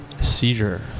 Seizure